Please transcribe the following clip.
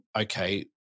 okay